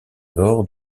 nord